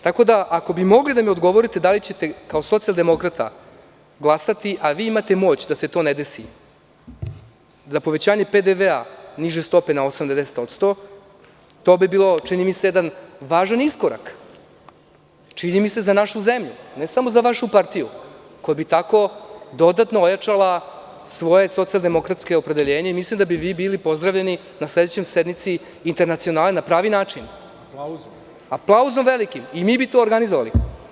Tako da, ako bi mogli da mi odgovorite da li ćete kao socijaldemokrata glasati, a vi imate moć da se to ne desi, za povećanje PDV niže stope sa 8 na 10%, to bi bilo čini mi se jedan važan iskorak za našu zemlju, ne samo za vašu partiju, koja bi tako dodatno ojačala svoja socijaldemokratska opredeljenja i mislim da bi vi bili pozdravljeni na sledećoj sednici internacionalom na pravi način, velikim aplauzom i mi bi to organizovali.